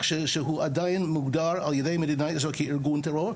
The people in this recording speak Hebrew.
שעדיין מוגדר על ידי מדינת ישראל כארגון טרור?